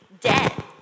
dead